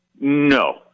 No